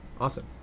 Awesome